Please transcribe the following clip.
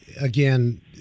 again